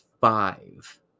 five